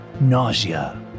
nausea